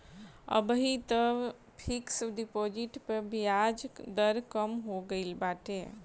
अबही तअ fix deposit पअ बियाज दर कम हो गईल बाटे